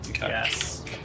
Yes